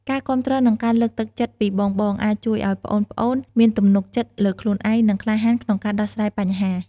ការគាំទ្រ និងការលើកទឹកចិត្តពីបងៗ អាចជួយឱ្យប្អូនៗមានទំនុកចិត្តលើខ្លួនឯង និងក្លាហានក្នុងការដោះស្រាយបញ្ហា ។